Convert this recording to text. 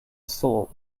soul